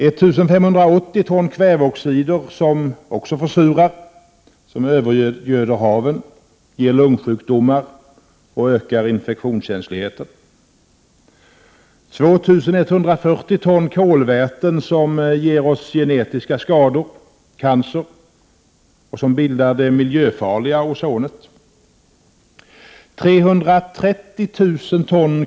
—-1 580 ton kvävedioxider som försurar, övergöder haven, ger lungsjukdomar och ökar infektionskänsligheten. —-2 140 ton kolväten som ger oss genetiska skador, cancer och bildar det miljöfarliga ozonet.